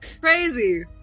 Crazy